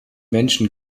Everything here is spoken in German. menschen